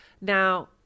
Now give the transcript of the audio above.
now